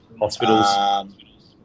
Hospitals